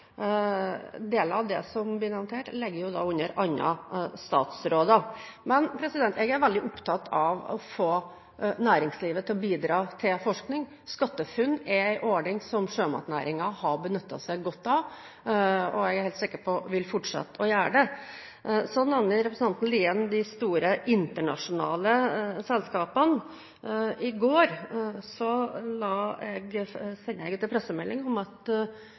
deler av det som blir lansert, ligger under andre statsråder. Men jeg er veldig opptatt av å få næringslivet til å bidra til forskning. SkatteFUNN er en ordning som sjømatnæringen har benyttet seg godt av, og jeg er helt sikker på at den vil fortsette å gjøre det. Representanten Lien nevner de store internasjonale selskapene. I går sendte jeg ut en pressemelding om at